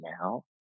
now